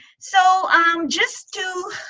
so just to